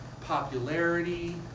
popularity